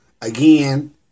again